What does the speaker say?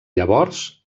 llavors